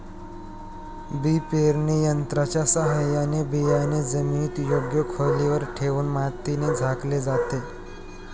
बी पेरणी यंत्राच्या साहाय्याने बियाणे जमिनीत योग्य खोलीवर ठेवून मातीने झाकले जाते